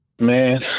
Man